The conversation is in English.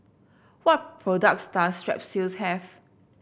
what products does Strepsils have